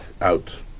out